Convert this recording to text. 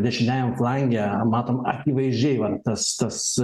dešiniajam flange matom akivaizdžiai vat tas tas